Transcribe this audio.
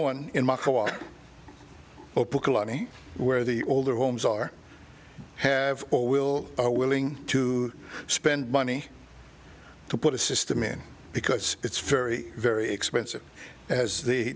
kalani where the older homes are have or will are willing to spend money to put a system in because it's very very expensive as the